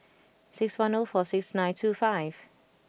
six one zero four six nine two five